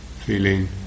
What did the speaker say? feeling